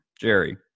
Jerry